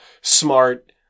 smart